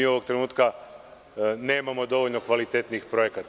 Ovog trenutka nemamo dovoljno kvalitetnih projekata.